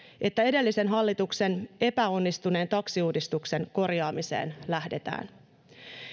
että edellisen hallituksen epäonnistuneen taksiuudistuksen korjaamiseen lähdetään